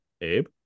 Abe